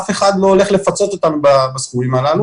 אף אחד לא הולך לפצות אותן בסכומים הללו.